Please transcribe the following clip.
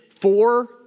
four